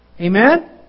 Amen